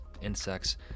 insects